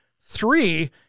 Three